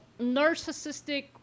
narcissistic